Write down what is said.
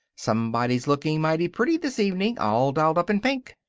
somebody's looking mighty pretty this evening, all dolled up in pink.